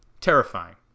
Terrifying